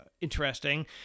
interesting